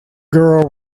girl